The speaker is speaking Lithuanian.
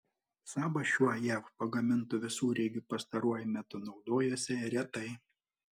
sabas šiuo jav pagamintu visureigiu pastaruoju metu naudojosi retai